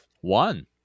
one